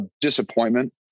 disappointment